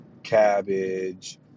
cabbage